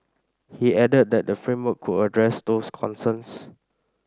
he added that the framework could address those concerns